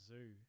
Zoo